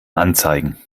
anzeigen